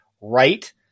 right